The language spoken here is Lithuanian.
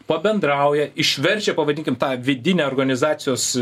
pabendrauja išverčia pavadinkim tą vidinę organizacijos